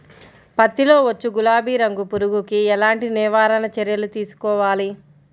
పత్తిలో వచ్చు గులాబీ రంగు పురుగుకి ఎలాంటి నివారణ చర్యలు తీసుకోవాలి?